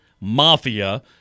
Mafia